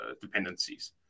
dependencies